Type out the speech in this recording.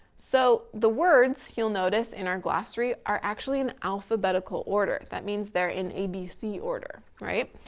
so the words you'll notice in our glossary, are actually in alphabetical order. that means they're in abc order, right?